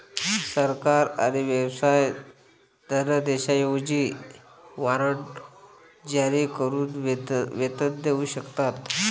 सरकार आणि व्यवसाय धनादेशांऐवजी वॉरंट जारी करून वेतन देऊ शकतात